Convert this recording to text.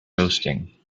roasting